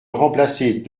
remplacer